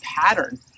pattern